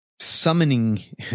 summoning